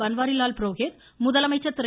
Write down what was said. பன்வாரிலால் புரோஹித் முதலமைச்சர் திரு